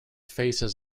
faces